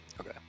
Okay